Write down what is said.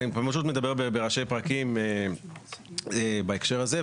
אני פשוט מדבר בראשי פרקים בהקשר הזה.